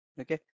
Okay